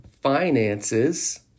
finances